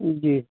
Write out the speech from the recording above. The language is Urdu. جی